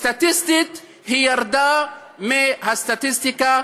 סטטיסטית היא ירדה מהסטטיסטיקה,